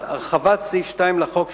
הרחבת סעיף 2 לחוק,